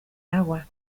agua